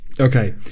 Okay